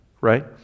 right